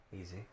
Easy